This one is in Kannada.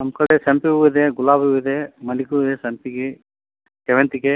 ನಮ್ಮ ಕಡೆ ಸಂಪಿಗೆ ಹೂ ಇದೆ ಗುಲಾಬಿ ಹೂ ಇದೆ ಮಲ್ಲಿಗೆ ಹೂವು ಸಂಪಿಗೆ ಸೇವಂತಿಗೆ